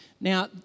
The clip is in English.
Now